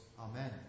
Amen